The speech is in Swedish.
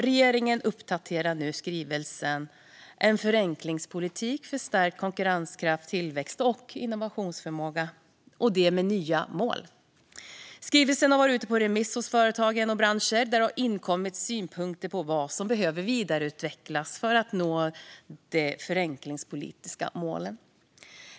Regeringen uppdaterar nu skrivelsen En förenklingspolitik för stärkt konkurrenskraft, tillväxt och innovationsförmåga med nya mål. Skrivelsen har varit ute på remiss hos företag och branscher, där det inkommit synpunkter på vad som behöver vidareutvecklas för att vi ska nå de förenklingspolitiska målen.